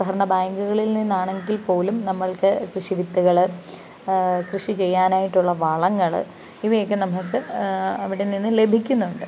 സഹകരണ ബാങ്കുകളിൽ നിന്നാണെങ്കിൽ പോലും നമ്മൾക്ക് കൃഷി വിത്തുകൾ കൃഷി ചെയ്യാനായിട്ടുള്ള വളങ്ങൾ ഇവയൊക്കെ നമുക്ക് അവിടെ നിന്ന് ലഭിക്കുന്നുണ്ട്